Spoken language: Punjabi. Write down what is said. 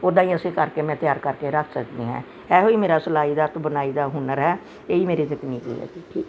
ਉੱਦਦਾਂ ਹੀ ਅਸੀਂ ਕਰਕੇ ਮੈਂ ਤਿਆਰ ਕਰਕੇ ਰੱਖ ਸਕਦੀ ਹਾਂ ਇਹੋ ਹੀ ਮੇਰਾ ਸਿਲਾਈ ਦਾ ਅਤੇ ਬੁਣਾਈ ਦਾ ਹੁਨਰ ਹੈ ਇਹ ਹੀ ਮੇਰੀ ਤਕਨੀਕ ਹੈਗੀ ਠੀਕ